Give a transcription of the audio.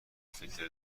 فیلتر